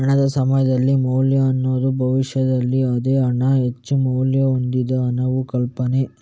ಹಣದ ಸಮಯದ ಮೌಲ್ಯ ಅನ್ನುದು ಭವಿಷ್ಯದಲ್ಲಿ ಅದೇ ಹಣ ಹೆಚ್ಚು ಮೌಲ್ಯ ಹೊಂದಿದೆ ಅನ್ನುವ ಕಲ್ಪನೆ